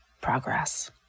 progress